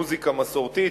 מוזיקה מסורתית,